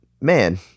man